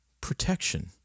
protection